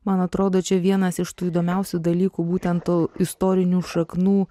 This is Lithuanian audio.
man atrodo čia vienas iš tų įdomiausių dalykų būtent tų istorinių šaknų